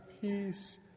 peace